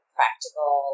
practical